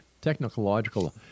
technological